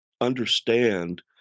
understand